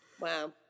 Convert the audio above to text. Wow